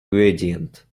gradient